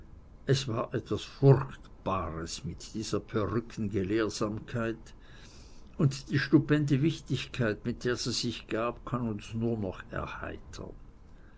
es war etwas furchtbares mit dieser perückengelehrsamkeit und die stupende wichtigkeit mit der sie sich gab kann uns nur noch erheitern